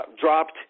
dropped